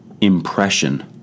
impression